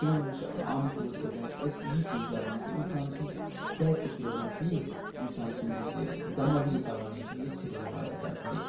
تِمَن منٛز چھِ عام طور پٲٹھۍ أسۍ یہِ چیٖز لبان کہِ اِنسان سُنٛد صحت تہِ چھُ روزان ٹھیٖک اِنسان سُنٛد یُس یہِ دٮ۪ماغٲیی توانٲیی چھےٚ یہِ تہِ چھِ روزان واریاہ زیادٕ ٹھیٖک